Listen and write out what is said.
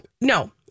no